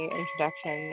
introduction